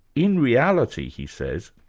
in reality, he says,